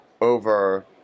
over